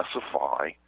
specify